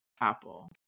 Apple